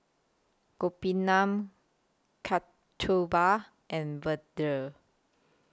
Gopinath Kasturba and Vedre